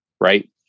Right